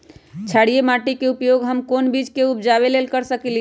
क्षारिये माटी के उपयोग हम कोन बीज के उपजाबे के लेल कर सकली ह?